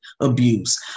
Abuse